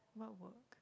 what work